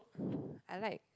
I like